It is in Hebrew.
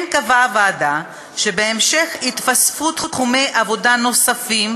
כן קבעה הוועדה שבהמשך יתווספו תחומי עבודה נוספים